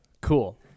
Cool